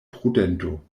prudento